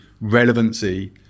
relevancy